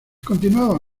continuaba